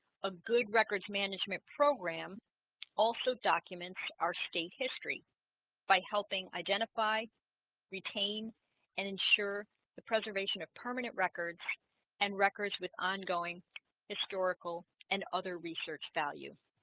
a good records management program also documents our state history by helping identify retain and ensure the preservation of permanent records and records with ongoing historical and other research value